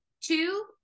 Two